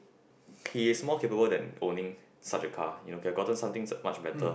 he's more capable than owning such a car you know could have gotten something much better